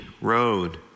Road